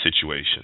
situation